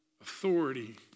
authority